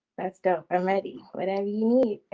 that's dope, i'm ready whenever you